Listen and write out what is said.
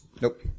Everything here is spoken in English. Nope